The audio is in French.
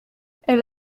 elle